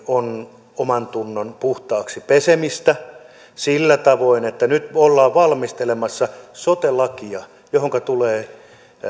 on omantunnon puhtaaksi pesemistä sillä tavoin että nyt ollaan valmistelemassa sote lakia johonka tulee